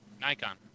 Nikon